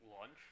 lunch